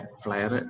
flyer